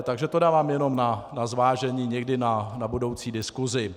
Takže to dávám jenom na zvážení, někdy na budoucí diskusi.